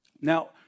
Now